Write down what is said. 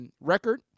Record